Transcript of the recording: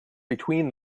between